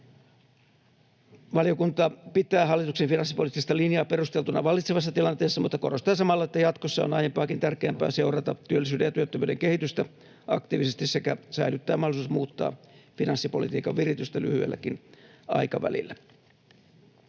Valiokunta pitää hallituksen finanssipoliittista linjaa perusteltuna vallitsevassa tilanteessa, mutta korostaa samalla, että jatkossa on aiempaakin tärkeämpää seurata työllisyyden ja työttömyyden kehitystä aktiivisesti sekä säilyttää mahdollisuus muuttaa finanssipolitiikan viritystä lyhyelläkin aikavälillä.